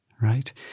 right